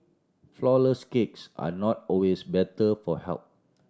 flourless cakes are not always better for health